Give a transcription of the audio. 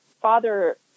father